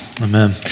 Amen